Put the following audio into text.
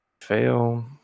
Fail